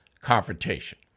confrontation